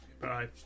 Bye